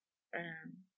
mmhmm